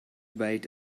bite